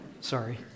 Sorry